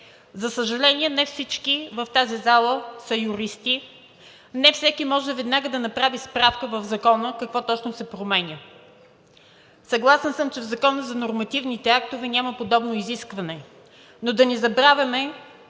За съжаление, не всички в тази зала са юристи, не всеки веднага може да направи справка в закона какво точно се променя. Съгласна съм, че в Закона за нормативните актове няма подобно изискване, но да не забравяме,